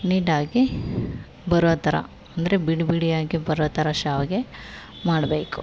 ನೀಟಾಗಿ ಬರೋ ಥರ ಅಂದರೆ ಬಿಡಿ ಬಿಡಿಯಾಗಿ ಬರೋ ಥರ ಶಾವಿಗೆ ಮಾಡಬೇಕು